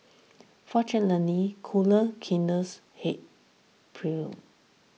fortunately cooler kinder heads prevailed